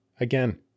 again